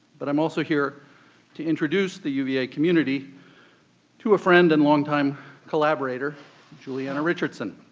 but i'm also here to introduce the uva community to a friend and longtime collaborator julieanna richardson.